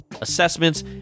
assessments